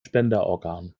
spenderorgan